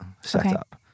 setup